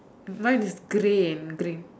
mine is grey and green